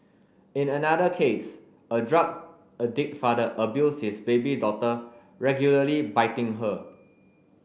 in another case a drug addict father abused his baby daughter regularly biting her